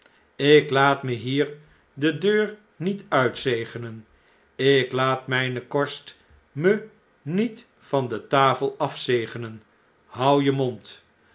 ik laat me hier de deur niet uitzegenen ik laat mijne korst me niet van de tafel afzegenen hou je mond